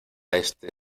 ese